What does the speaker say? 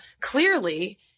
clearly